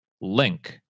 link